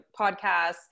podcasts